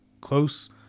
close